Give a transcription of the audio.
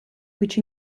which